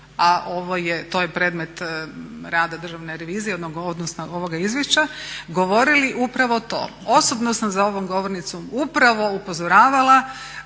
a ovo je predmet rada Državne revizije, odnosno ovog izvješća, govorili upravo to. Osobno sam za ovom govornicom upravo upozoravala